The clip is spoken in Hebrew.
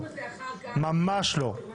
ממש לא.